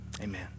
amen